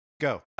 Go